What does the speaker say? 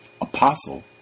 apostle